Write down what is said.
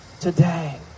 today